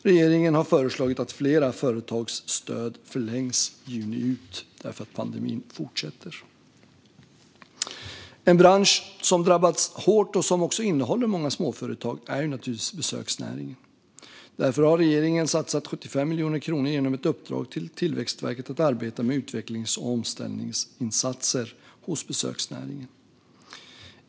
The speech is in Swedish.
Regeringen har föreslagit att flera företagsstöd förlängs juni ut, eftersom pandemin fortsätter. En bransch som drabbats hårt och som också innehåller många småföretag är besöksnäringen. Därför har regeringen satsat 75 miljoner kronor genom ett uppdrag till Tillväxtverket att arbeta med utvecklings och omställningsinsatser hos besöksnäringen.